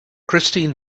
christine